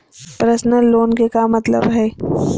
Personal loan के का मतलब हई?